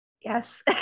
Yes